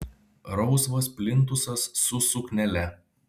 rausvas plintusas su suknele